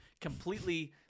completely